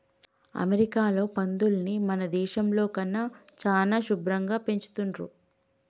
అమెరికాలో పందులని మన దేశంలో కన్నా చానా శుభ్భరంగా పెంచుతున్రు